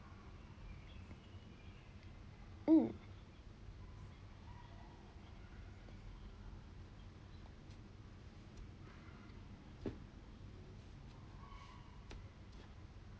um